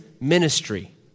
ministry